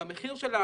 במחיר של הסגר,